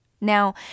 Now